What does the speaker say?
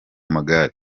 magare